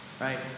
right